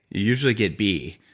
you usually get b.